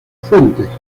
fuentes